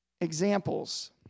examples